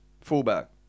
Fullback